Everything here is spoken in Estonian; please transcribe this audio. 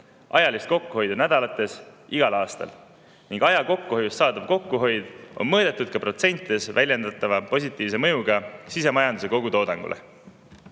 ajalist kokkuhoidu nädalates igal aastal. Aja kokkuhoiust saadavat kokkuhoidu on mõõdetud ka protsentides väljendatava positiivse mõjuga sisemajanduse kogutoodangule.